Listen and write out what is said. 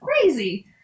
crazy